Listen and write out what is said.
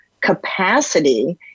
capacity